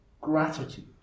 gratitude